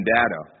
data